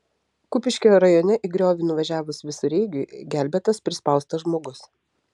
kupiškio rajone į griovį nuvažiavus visureigiui gelbėtas prispaustas žmogus